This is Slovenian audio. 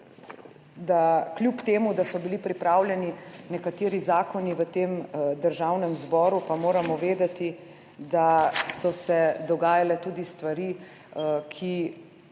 da so bili pripravljeni nekateri zakoni v tem Državnem zboru, pa moramo vedeti, da so se dogajale tudi stvari, ki